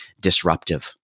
disruptive